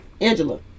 Angela